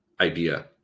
idea